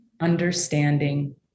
understanding